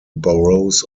boroughs